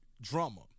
drama